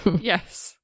Yes